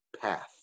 path